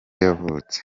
yavutse